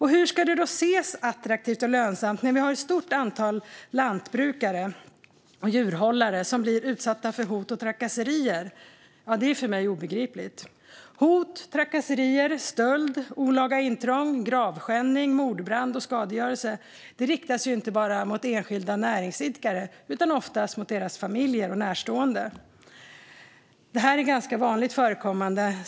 Hur ska det ses som attraktivt och lönsamt när vi har ett stort antal lantbrukare och djurhållare som utsätts för hot och trakasserier? Det är för mig obegripligt. Hot, trakasserier, stöld, olaga intrång, gravskändning, mordbrand och skadegörelse riktas inte bara mot enskilda näringsidkare utan ofta mot deras familjer och närstående. Det är ganska vanligt förekommande.